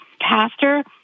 pastor